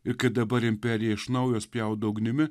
iki dabar imperija iš naujo spjaudo ugnimi